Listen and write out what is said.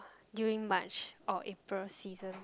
during March or April season